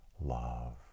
love